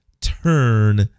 turn